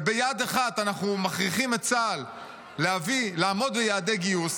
וביד אחת אנחנו מכריחים את צה"ל לעמוד ביעדי גיוס,